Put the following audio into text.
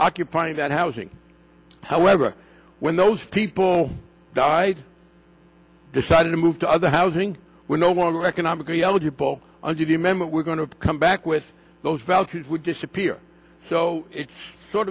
occupying that housing however when those people died decided to move to other housing were no longer economically eligible under the amendment were going to come back with those values would disappear so it's sort